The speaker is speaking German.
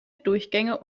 durchgänge